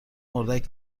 اردک